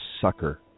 sucker